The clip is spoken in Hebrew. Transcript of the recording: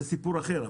זה סיפור אחר.